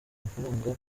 mafaranga